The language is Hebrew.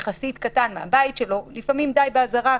יחסית קטן מהבית שלו, לפעמים מספיקה אזהרה.